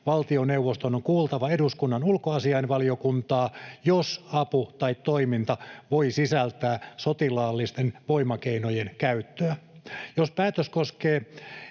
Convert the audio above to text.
valtioneuvoston on kuultava eduskunnan ulkoasiainvaliokuntaa, jos apu tai toiminta voi sisältää sotilaallisten voimakeinojen käyttöä. Jos päätös koskee